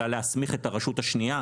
אלא להסמיך את הרשות השנייה,